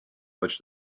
much